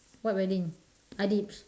what wedding Adib's